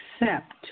accept